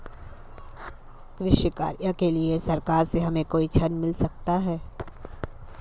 कृषि कार्य के लिए सरकार से हमें कोई ऋण मिल सकता है?